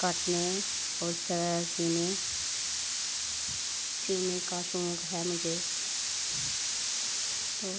काटने और सीनें का शौंक है मुझे तो